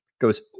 goes